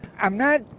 i'm not,